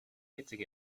hitting